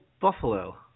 Buffalo